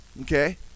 Okay